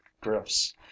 drifts